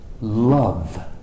Love